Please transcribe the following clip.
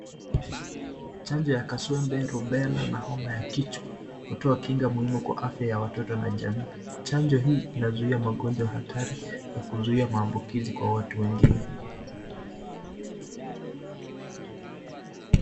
Chanjo ya kaswende, rubella na homa ya kichwa hutoa kinga muhimu kwa afya ya watoto na jamii, chanjo hii inazuia magonjwa hatari na kuzuia maambukizi kwa watu wengine.